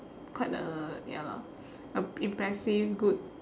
quite a ya lah uh impressive good